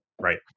Right